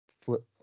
flip